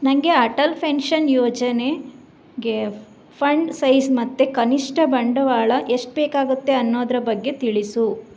ನನಗೆ ಅಟಲ್ ಫೆನ್ಷನ್ ಯೋಜನೆಗೆ fund size ಮತ್ತು ಕನಿಷ್ಠ ಬಂಡವಾಳ ಎಷ್ಟು ಬೇಕಾಗುತ್ತೆ ಅನ್ನೋದರ ಬಗ್ಗೆ ತಿಳಿಸು